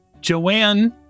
Joanne